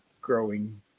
growing